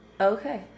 Okay